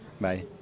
Bye